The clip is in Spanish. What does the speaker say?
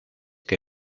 que